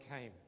came